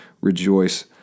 rejoice